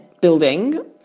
building